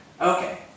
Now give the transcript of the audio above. Okay